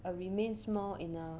a remain small in a